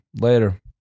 Later